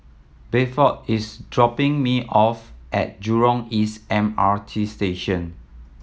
Bedford is dropping me off at Jurong East M R T Station